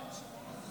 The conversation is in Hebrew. נתקבל.